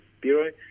Bureau